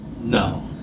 no